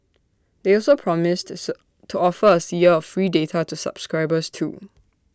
they also promised to sir to offer A year of free data to subscribers too